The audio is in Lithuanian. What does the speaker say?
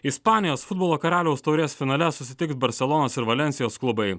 ispanijos futbolo karaliaus taurės finale susitiks barselonos ir valensijos klubai